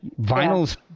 vinyl's